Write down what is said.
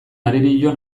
arerio